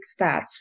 stats